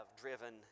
driven